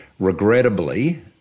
regrettably